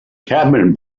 cabin